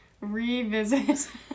Revisit